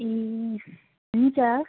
ए हुन्छ